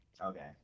okay